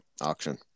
auction